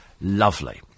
lovely